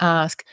ask